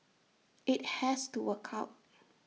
IT has to work out